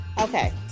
Okay